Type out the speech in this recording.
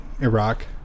Iraq